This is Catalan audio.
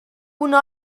una